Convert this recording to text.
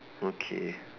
okay